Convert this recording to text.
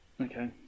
Okay